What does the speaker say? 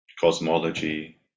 cosmology